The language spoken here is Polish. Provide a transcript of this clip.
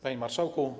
Panie Marszałku!